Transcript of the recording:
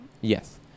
Yes